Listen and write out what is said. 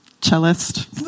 cellist